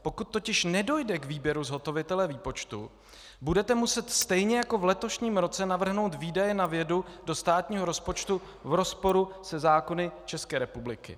Pokud totiž nedojde k výběru zhotovitele výpočtu, budete muset stejně jako v letošním roce navrhnout výdaje na vědu do státního rozpočtu v rozporu se zákony České republiky.